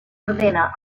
ordena